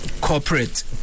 corporate